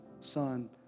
son